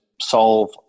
solve